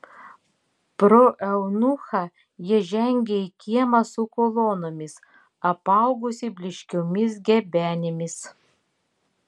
pro eunuchą jie žengė į kiemą su kolonomis apaugusį blyškiomis gebenėmis